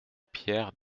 pierre